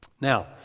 Now